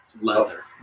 leather